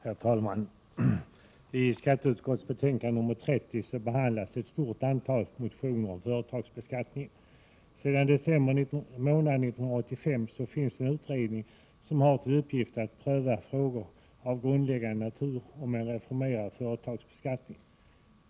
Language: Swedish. Herr talman! I skatteutskottets betänkande 30 behandlas ett stort antal motioner om företagsbeskattningen. Sedan december månad 1985 finns det en utredning som har till uppgift att pröva frågor av grundläggande natur om en reformerad företagsbeskattning.